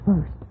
first